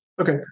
Okay